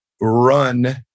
run